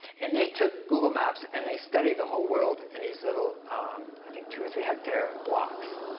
and they took google maps and they studied the whole world in these little i think two or three hectare blocks.